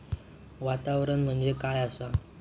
वातावरण म्हणजे काय आसा?